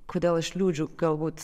kodėl aš liūdžiu galbūt